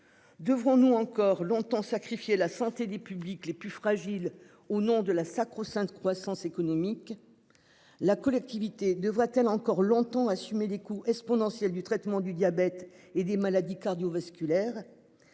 Devrons-nous encore longtemps sacrifié la santé des publics les plus fragiles au nom de la sacro-sainte croissance économique. La collectivité devra-t-elle encore longtemps assumer des coûts exponentiels du traitement du diabète et des maladies cardio-vasculaires.